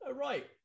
Right